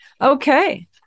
Okay